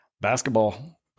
Basketball